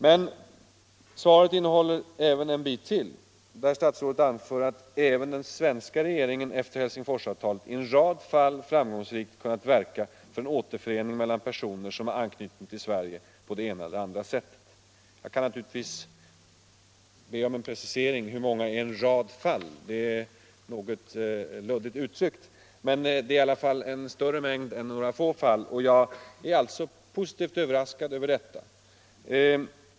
Men svaret innehåller en bit till där statsrådet anför att även den svenska regeringen efter Helsingforsavtalet i en rad fall framgångsrikt kunnat verka för en återförening mellan personer som har anknytning till Sverige på det ena eller andra sättet. Jag vill naturligtvis be om precisering: Hur många är ”en rad” fall? Det är något luddigt uttryckt. Men det är i alla fall en större mängd än några få fall, och jag är positivt överraskad av detta.